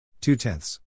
Two-tenths